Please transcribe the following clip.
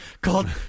Called